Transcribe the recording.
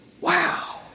wow